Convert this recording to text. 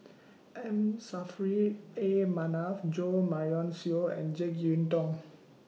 M Saffri A Manaf Jo Marion Seow and Jek Yeun Thong